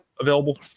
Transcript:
available